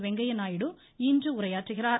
வெங்கய்ய நாயுடு இன்று உரையாற்றுகிறார்